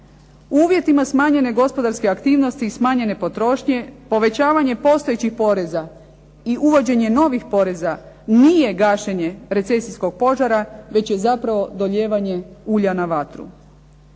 uvjetima gospodarske aktivnosti i smanjene potrošnje, povećavanje postojećih poreza i uvođenje novih poreza, nije gašenje recesijskog požara, već je zapravo dolijevanje ulja na vatru.